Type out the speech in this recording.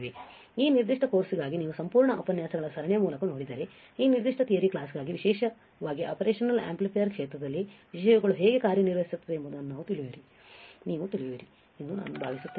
ಆದ್ದರಿಂದ ಈ ನಿರ್ದಿಷ್ಟ ಕೋರ್ಸ್ಗಾಗಿ ನೀವು ಸಂಪೂರ್ಣ ಉಪನ್ಯಾಸಗಳ ಸರಣಿಯ ಮೂಲಕ ನೋಡಿದರೆ ಈ ನಿರ್ದಿಷ್ಟ ಥಿಯರಿ ಕ್ಲಾಸ್ಗಾಗಿ ವಿಶೇಷವಾಗಿ ಆಪರೇಷನಲ್ ಆಂಪ್ಲಿಫಯರ್ ಕ್ಷೇತ್ರದಲ್ಲಿ ವಿಷಯಗಳು ಹೇಗೆ ಕಾರ್ಯನಿರ್ವಹಿಸುತ್ತವೆ ಎಂಬುದನ್ನು ನೀವು ತಿಳಿಯುವಿರಿ ಎಂದು ನಾನು ಭಾವಿಸುತ್ತೇನೆ